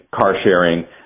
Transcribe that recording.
car-sharing